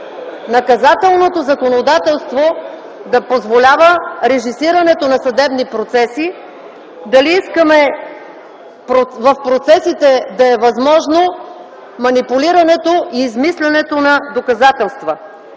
наказателното законодателство да позволява режисирането на съдебни процеси, дали искаме в процесите да е възможно манипулирането и измислянето на доказателства.